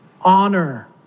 Honor